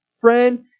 friend